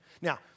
Now